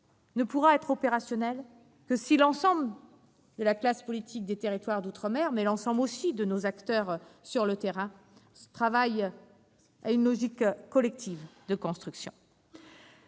ne pourra être opérationnelle que si l'ensemble de la classe politique des territoires d'outre-mer, mais aussi de nos acteurs sur le terrain travaillent à une logique collective de construction.